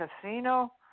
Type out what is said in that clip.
casino